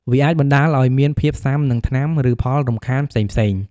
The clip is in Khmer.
វាអាចបណ្ដាលឱ្យមានភាពស៊ាំនឹងថ្នាំ ឬផលរំខានផ្សេងៗ។